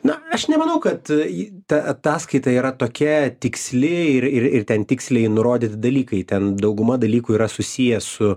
na aš nemanau kad ji ta ataskaita yra tokia tiksli ir ir ir ten tiksliai nurodyti dalykai ten dauguma dalykų yra susiję su